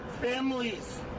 families